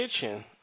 kitchen